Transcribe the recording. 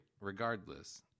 regardless